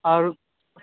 आओर